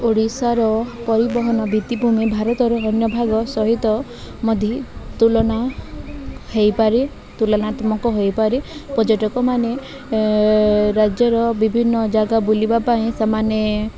ଓଡ଼ିଶାର ପରିବହନ ଭିତ୍ତିଭୂମି ଭାରତର ଅନ୍ୟ ଭାଗ ସହିତ ମଧ୍ୟ ତୁଳନା ହେଇପାରେ ତୁଳନାତ୍ମକ ହୋଇପାରେ ପର୍ଯ୍ୟଟକ ମାନେ ରାଜ୍ୟର ବିଭିନ୍ନ ଜାଗା ବୁଲିବା ପାଇଁ ସେମାନେ